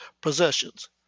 possessions